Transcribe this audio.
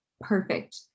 perfect